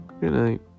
goodnight